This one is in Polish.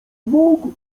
mógł